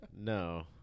no